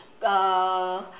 uh